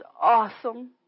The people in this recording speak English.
awesome